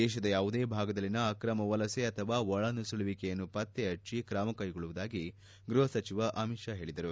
ದೇಶದ ಯಾವುದೇ ಭಾಗದಲ್ಲಿನ ಅಕ್ರಮ ವಲಸೆ ಅಥವಾ ಒಳನುಸುಳುವಿಕೆಯನ್ನು ಪತ್ತೆಹಣ್ಣಿ ತ್ರಮ ಕೈಗೊಳ್ಳುವುದಾಗಿ ಗೃಹ ಸಚಿವ ಅಮಿತ್ಷಾ ಹೇಳಿದರು